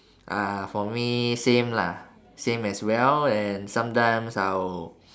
uh for me same lah same as well and sometimes I will